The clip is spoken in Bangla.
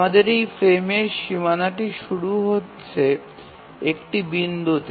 আমাদের এই ফ্রেমের সীমানাটি শুরু হচ্ছে একটি বিন্দুতে